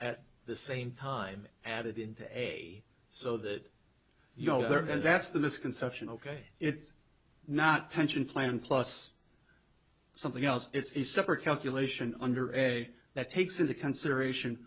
at the same time added in a so that you know that's the misconception ok it's not pension plan plus something else it's separate calculation under and that takes into consideration